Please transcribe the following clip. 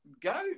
go